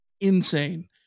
insane